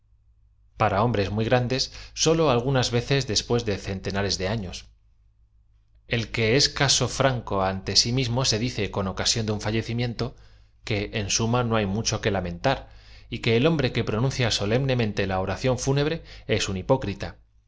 para hombres muy grandes sólo algudas vecea después de centenares de afioa el que ea ñ'anco aute sí mismo se dice con ocasión de un talleciniiento que en suma no h ay mucho que lamen tar j que el hombre que pronuncia solemnemente la oración fúnebre es un hipócrita